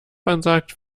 ansagt